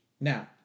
Now